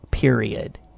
period